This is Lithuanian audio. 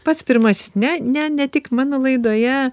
pats pirmasis ne ne ne tik mano laidoje